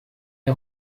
est